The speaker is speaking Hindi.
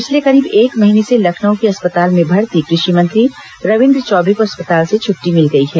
पिछले करीब एक महीने से लखनऊ के अस्पताल में भर्ती कृषि मंत्री रविन्द्र चौबे को अस्पताल से छुट्टी मिल गई है